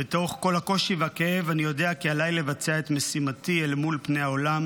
"בתוך כל הקושי והכאב אני יודע כי עליי לבצע את משימתי אל מול פני העולם